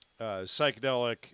psychedelic